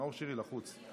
נאור שירי לחוץ.